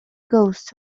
ghosts